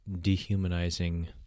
dehumanizing